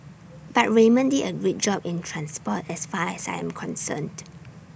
but Raymond did A great job in transport as far as I am concerned